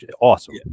awesome